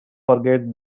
forget